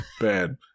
bad